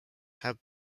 have